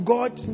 God